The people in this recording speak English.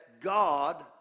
God